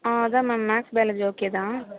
ஆ அதுதான் ma'am maths biology okay தான்